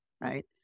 right